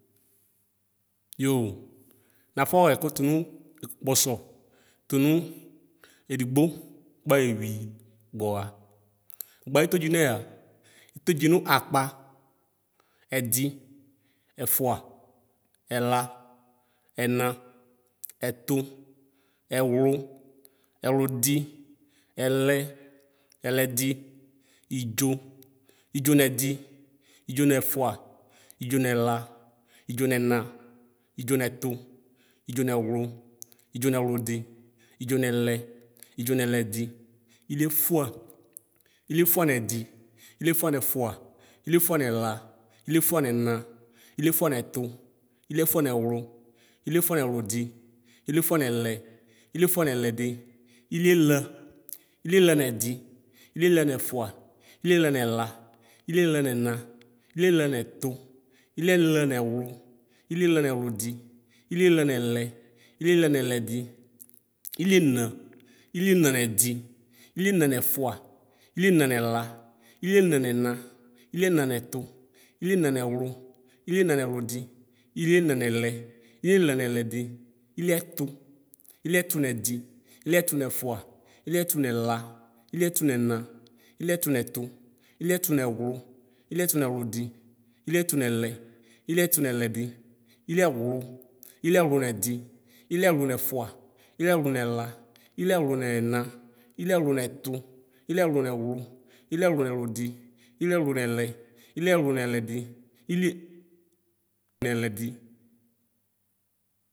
Yo nafɔxɛkʋ tʋnʋ kpɔsɔ tʋnʋ edigbo kpayewi gbɔwa gba etodzi nɛya etodzi nʋ akpa ɛdi ɛfʋa ɛla ɛna ɛtu ɛwlu ɛwludi ɛlɛ ɛlɛdi idzo idzo nedi idzo nɛfʋa idzo nɛla idzo nɛna idzo nɛtu idzo nɛwlʋ idzo nɛwlʋdi idzo nɛlɛ idzo nɛlɛdi iliefʋa iliefʋa iliefʋa nɛdi ilefua nɛfʋa iliefʋa nɛla iliefʋa nɛna iliefʋa nɛtʋ iliefʋa nɛwlʋ iliefʋa nɛwlʋdi iliefʋa nɛlɛ iliefʋa nɛlɛdi iliela iliela nɛdi iliela nɛfʋa iliela nɛla iliela nɛnɛ iliela nɛtʋ iliela nɛwlʋ iliela nɛwlʋdi iliela nɛlɛ iliela nɛlɛdi iliena iliena nɛdi iliena nɛfʋa iliena nɛlɛ iliena nɛna iliena nɛtʋ iliena nɛwlʋ iliena nɛwlʋdi iliena nɛlɛ iliena nɛlɛdi iliɛtʋ iliɛtʋ nɛdi iliɛtʋ nɛfʋa iliɛtʋ nɛla iliɛtʋ nɛna iliɛtʋ nɛtʋ iliɛtʋ nɛwlʋ iliɛtʋ nɛwlʋdi iliɛtʋ nɛlɛ iliɛtʋ nɛlɛdi iliɛwlʋ iliɛwlʋ nɛdi iliɛwlʋ nɛfʋa iliɛwlʋ nɛla iliɛwlʋ nɛna iliɛwlʋ nɛtʋ iliɛwlʋ nɛwlʋ iliɛwlʋ nɛwlʋdi iliɛwlʋ nɛlɛ iliɛwlʋ nɛlɛdi.